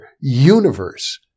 universe